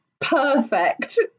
perfect